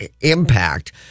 impact